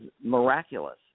miraculous